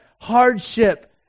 hardship